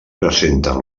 presenten